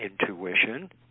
intuition